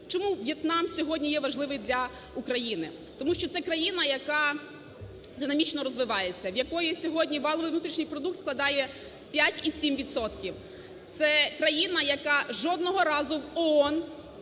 Чому В'єтнам сьогодні є важливий для України? Тому що це країна, яка динамічно розвивається, в якої сьогодні валовий внутрішній продукт складає 5,7 відсотків. Це країна, яка жодного разу в ООН